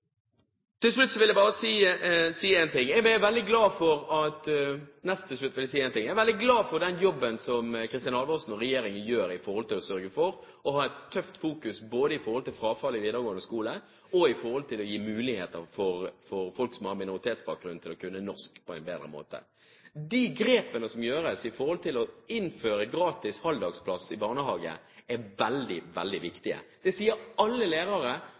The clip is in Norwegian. Til slutt vil jeg bare si én ting. Jeg er veldig glad for den jobben som Kristin Halvorsen og regjeringen gjør ved å sørge for å ha et tøft fokus både på frafallet i videregående skole og for å gi folk med minoritetsbakgrunn muligheter til å kunne norsk på en bedre måte. De grepene som gjøres med å innføre gratis halvdagsplass i barnehage, er veldig, veldig viktig. Alle lærere som jobber i skolen med minoritetselever, sier